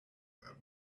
and